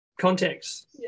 context